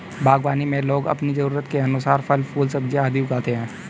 बागवानी में लोग अपनी जरूरत के अनुसार फल, फूल, सब्जियां आदि उगाते हैं